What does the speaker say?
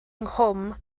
nghwm